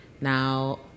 Now